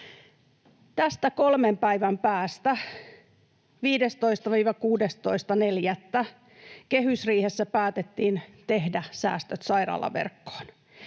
Tästä kolmen päivän päästä 15.—16.4. kehysriihessä päätettiin tehdä säästöt sairaalaverkkoon.